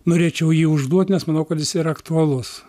norėčiau jį užduot nes manau kad jis yra aktualus